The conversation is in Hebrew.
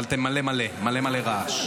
אבל אתם מלא מלא, מלא מלא רעש.